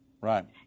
Right